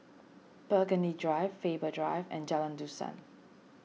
Burgundy Drive Faber Drive and Jalan Dusan